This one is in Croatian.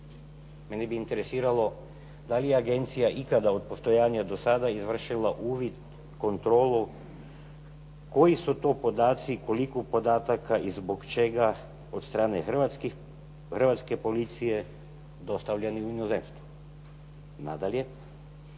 Mene bi interesiralo da li je agencija ikada, od postojanja do sada, izvršila uvid u kontrolu koji su to podaci, koliko podataka i zbog čega od strane Hrvatske policije dostavljenih u inozemstvo. Nadalje,